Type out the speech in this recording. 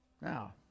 now